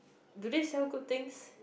do they sell good things